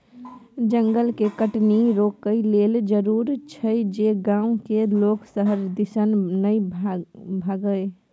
जंगल के कटनी रोकइ लेल जरूरी छै जे गांव के लोक शहर दिसन नइ भागइ